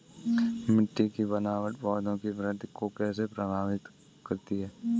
मिट्टी की बनावट पौधों की वृद्धि को कैसे प्रभावित करती है?